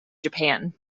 japan